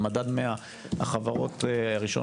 על מדד 100 החברות הראשונות,